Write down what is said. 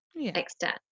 extent